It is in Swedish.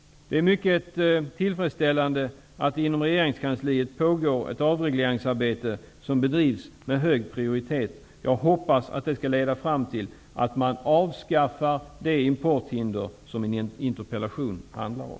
Det är mycket tillfredsställande att det inom regeringskansliet pågår ett avregleringsarbete som bedrivs med hög prioritet. Jag hoppas att det skall leda fram till att man avskaffar det importhinder som min interpellation handlar om.